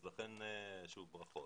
שוב, ברכות.